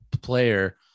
player